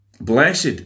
blessed